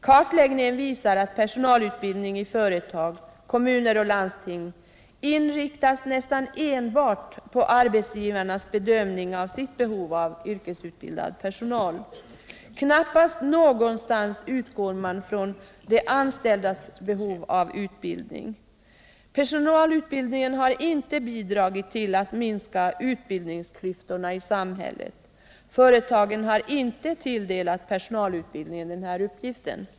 Kartläggningen visar att personalutbildningen i företag, kommuner och landsting inriktas nästan enbart på arbetsgivarnas bedömning av sitt behov av yrkesutbildad personal. Knappast någonstans utgår man från de anställdas behov av utbildning. Personalutbildningen har inte bidragit till att minska utbildningsklyftorna i samhället — företagen har inte tilldelat personalutbildningen denna uppgift.